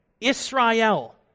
Israel